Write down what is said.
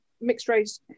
mixed-race